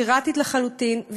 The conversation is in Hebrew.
פיראטית לחלוטין,